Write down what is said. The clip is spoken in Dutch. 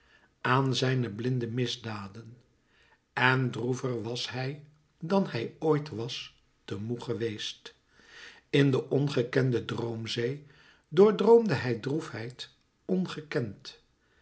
aan zijne blinde misdaden en droever was hij dan hij ooit was te moê geweest in de ongekende droomzee doordroomde hij droefheid ongekend